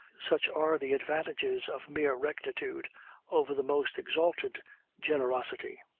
such are the advantages of mere rectitude over the most exalted generosity.